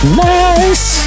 nice